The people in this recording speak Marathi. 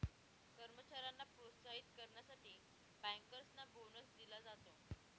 कर्मचाऱ्यांना प्रोत्साहित करण्यासाठी बँकर्सना बोनस दिला जातो